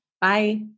Bye